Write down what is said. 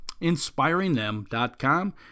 inspiringthem.com